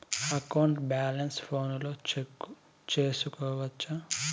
account balance ఫోనులో check సేసుకోవచ్చా